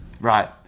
Right